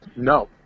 No